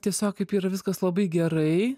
tiesiog kaip yra viskas labai gerai